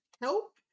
help